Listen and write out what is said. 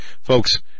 folks